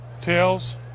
Tails